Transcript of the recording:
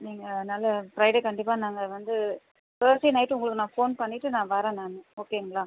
நீங்கள் அதனால் ஃப்ரைடே கண்டிப்பாக நாங்கள் வந்து தேர்ஸ்டே நைட் உங்களுக்கு நான் ஃபோன் பண்ணிவிட்டு நான் வரன் நான் ஓகேங்ளா